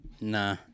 Nah